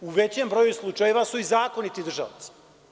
U većem broju slučajeva su i zakoniti držaoci.